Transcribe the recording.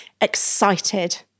excited